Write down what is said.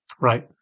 Right